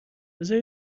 بزار